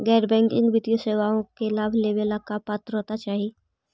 गैर बैंकिंग वित्तीय सेवाओं के लाभ लेवेला का पात्रता चाही?